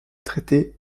traité